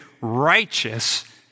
righteous